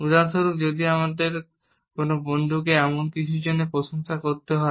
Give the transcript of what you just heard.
উদাহরণস্বরূপ যদি আমাদের কোনও বন্ধুকে এমন কিছুর জন্য প্রশংসা করতে হয়